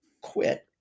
quit